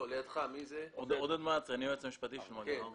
אני היועץ המשפטי של חברת מגע"ר.